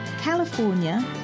California